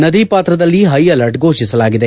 ನದಿ ಪಾತ್ರದಲ್ಲಿ ಷ್ಟೆಅಲರ್ಟ್ ಘೋಷಿಸಲಾಗಿದೆ